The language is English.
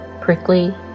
prickly